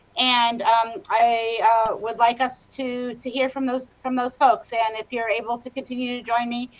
and i would like us to to hear from those from those folks. and if you are able to continue to join me,